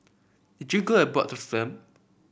did you go abroad to film